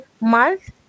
Month